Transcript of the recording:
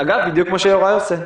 אגב בדיוק כמו שיוראי עושה,